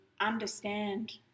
understand